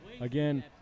again